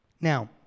Now